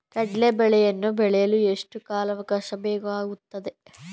ಕಡ್ಲೆ ಬೇಳೆಯನ್ನು ಬೆಳೆಯಲು ಎಷ್ಟು ಕಾಲಾವಾಕಾಶ ಬೇಕಾಗುತ್ತದೆ?